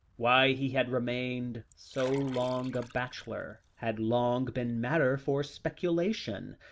why he had remained so long a bachelor had long been matter for speculation,